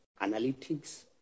analytics